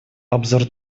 обзор